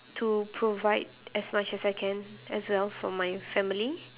to provide as much I can as well for my family